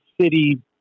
city